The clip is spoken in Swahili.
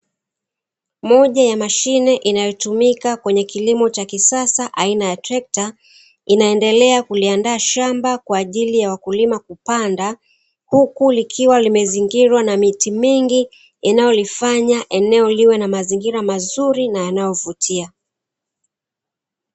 Moja ya mashine inayotumika kwenye kilimo cha kisasa aina ya trekta, inaendelea kuliandaa shamba kwa ajili ya wakulima kupanda, huku likiwa limezingirwa na miti mingi inayoyolifanya eneo liwe na mazingira mazuri na yanayovutia.